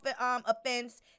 offense